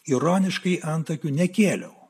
ironiškai antakių nekėliau